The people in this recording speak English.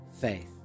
faith